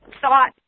thought